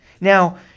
Now